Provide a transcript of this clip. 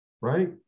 right